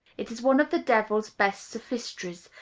it is one of the devil's best sophistries,